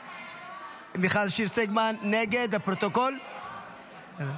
מיכל שיר סגמן, נגד, לפרוטוקול בלבד.